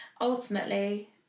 ultimately